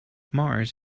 mars